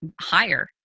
higher